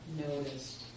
noticed